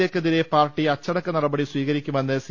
A ക്കെതിരെ പാർട്ടി അച്ചടക്ക നടപടി സ്വീകരിക്കുമെന്ന് സി